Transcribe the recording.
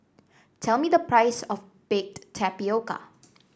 tell me the price of Baked Tapioca